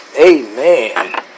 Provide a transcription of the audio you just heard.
Amen